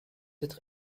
être